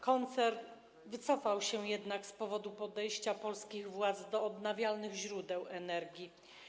Koncern wycofał się jednak z powodu podejścia polskich władz do odnawialnych źródeł energii.